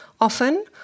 often